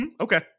okay